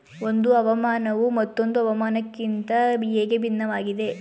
ಒಂದು ಹವಾಮಾನವು ಮತ್ತೊಂದು ಹವಾಮಾನಕಿಂತ ಹೇಗೆ ಭಿನ್ನವಾಗಿದೆ?